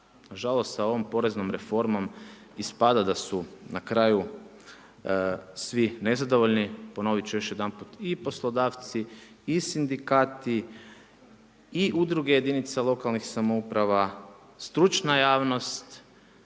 nažalost sa ovom poreznom reformom ispada da su na kraju svi nezadovoljni, ponoviti ću još jedanput i poslodavci i sindikati i udruge jedinica lokalnih samouprava, stručna javnost,